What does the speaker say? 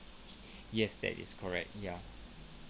yes that is correct ya